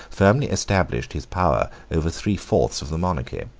firmly established his power over three fourths of the monarchy.